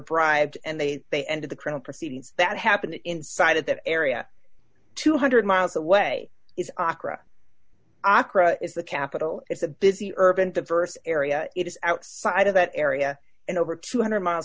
bribed and they they ended the criminal proceedings that happened inside of that area two hundred miles away is aqua acra is the capital it's a busy urban diverse area it is outside of that area and over two hundred miles